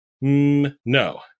No